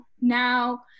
now